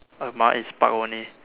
mine is Park only